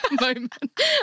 moment